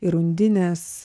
ir undinės